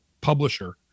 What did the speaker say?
publisher